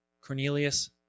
Cornelius